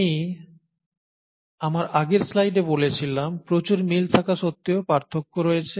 আমি আমার আগের স্লাইডে বলেছিলাম প্রচুর মিল থাকা সত্ত্বেও পার্থক্য রয়েছে